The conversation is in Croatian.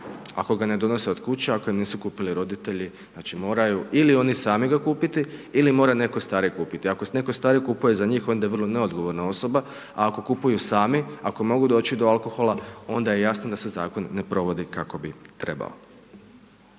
ako ga ne donose od kuće, ako ga donose roditelji. Znači moraju ili oni sami ga kupiti ili mora netko stariji kupiti, ako netko stari kupuje za njih onda je vrlo neodgovorna osoba, a ako kupuju sami, ako mogu doći do alkohola, onda je jasno da se zakon ne provodi kako bi trebalo.